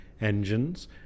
engines